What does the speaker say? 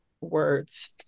words